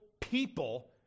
people